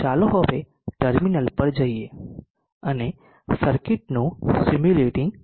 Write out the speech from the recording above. ચાલો હવે ટર્મિનલ પર જઈએ અને સર્કિટનું સિમ્યુલેટીંગ કરીએ